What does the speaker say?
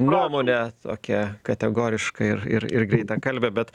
nuomonę tokia kategorišką ir ir ir greitakalbe bet